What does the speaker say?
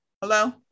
Hello